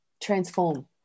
transform